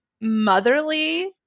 motherly